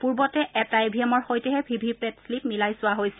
পূৰ্বতে এটা ই ভি এমৰ সৈতেহে ভি ভি পেট শ্লিপ মিলাই চোৱা হৈছিল